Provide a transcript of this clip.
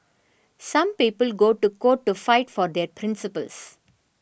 some people go to court to fight for their principles